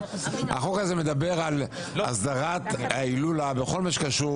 החוק הזה מדבר על הסדרת ההילולה בכל מה שקשור